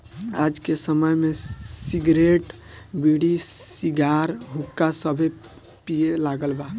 आज के समय में सिगरेट, बीड़ी, सिगार, हुक्का सभे पिए लागल बा